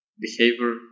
behavior